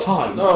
time